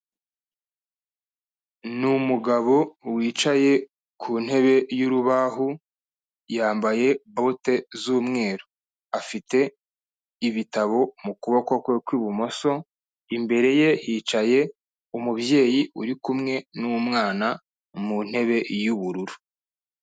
Ni umugabo wicaye ku ntebe y'urubaho, yambaye bote z'umweru, afite ibitabo mu kuboko kwe kw'ibumoso, imbere ye hicaye umubyeyi uri kumwe n'umwana mu ntebe y'ubururu.